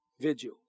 vigil